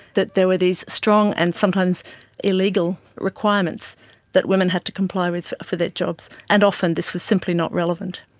that there were these strong and sometimes illegal requirements that women had to comply with for their jobs, and often this was simply not relevant.